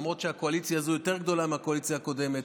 למרות שהקואליציה הזו יותר גדולה מהקואליציה הקודמת,